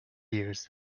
years